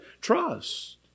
trust